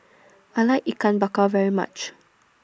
I like Ikan Bakar very much